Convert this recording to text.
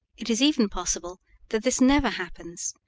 it is even possible that this never happens,